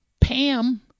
Pam